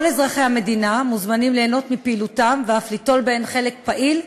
כל אזרחי המדינה מוזמנים ליהנות מפעילותם ואף ליטול בהם חלק פעיל,